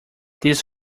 this